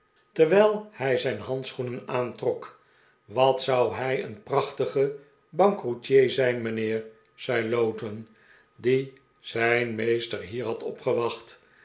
wijl hij zijn handschoenen aantrok wat zou hij een prachtige bankroetier zijn mijnheer zei lowten die zijn meester hier had opgewacht